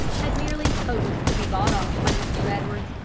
had merely hoped to be bought off by mr. edwards,